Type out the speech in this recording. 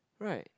right